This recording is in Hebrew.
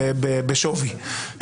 בשווי,